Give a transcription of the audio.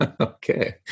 Okay